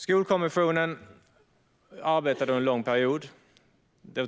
Skolkommissionen arbetade under en lång period.